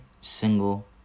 single